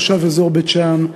תושב אזור בית-שאן,